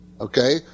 Okay